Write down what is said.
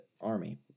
Army